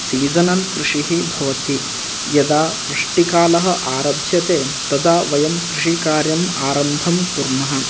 seasonal कृषिः भवति यदा वृष्टिकालह आरभ्यते तदा वयं कृषिकार्यम् आरम्भं कुर्मः